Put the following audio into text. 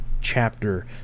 chapter